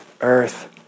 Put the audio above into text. earth